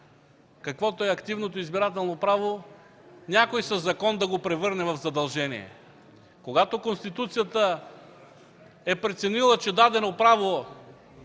каквото е активното избирателно право, някой със закон да го превърне в задължение. Когато Конституцията е преценила, че дадено право